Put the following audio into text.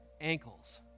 ankles